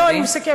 לא, אני מסכמת.